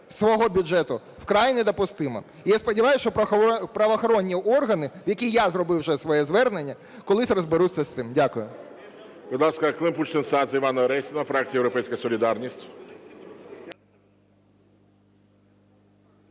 свого бюджету, вкрай недопустима. І я сподіваюсь, що правоохоронні органи, в які я зробив вже своє звернення, колись розберуться з цим. Дякую.